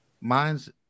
mine's